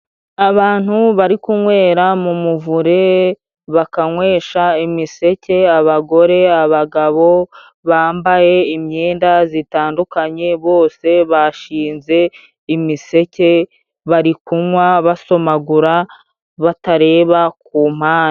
Abantu bari kunywera mu muvure bakanywesha imiseke abagore, abagabo bambaye imyenda zitandukanye bose bashinze imiseke bari kunywa basomagura batareba ku mpande.